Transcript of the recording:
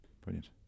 Brilliant